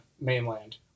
mainland